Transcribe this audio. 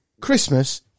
Christmas